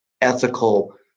ethical